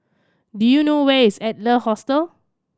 do you know where is Adler Hostel